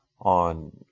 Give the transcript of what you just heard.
on